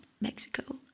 Mexico